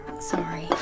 Sorry